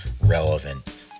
relevant